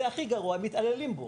זה הכי גרוע, מתעללים בו.